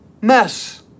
mess